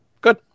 Good